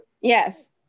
yes